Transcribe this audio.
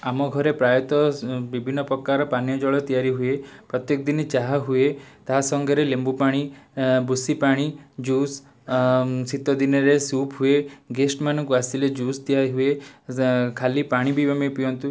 ଆମ ଘରେ ପ୍ରାୟତଃ ବିଭିନ୍ନ ପ୍ରକାର ପାନୀୟଜଳ ତିଆରି ହୁଏ ପ୍ରତ୍ୟେକ ଦିନି ଚାହା ହୁଏ ତା ସଙ୍ଗରେ ଲେମ୍ବୁପାଣି ଭୁସିପାଣି ଜୁସ ଶୀତଦିନରେ ସୁପ ହୁଏ ଗେଷ୍ଟ ମାନଙ୍କୁ ଆସିଲେ ଜୁସ ଦିଆ ହୁଏ ଯେ ଖାଲି ପାଣି ବି ଆମେ ପିଅନ୍ତୁ